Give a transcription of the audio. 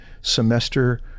semester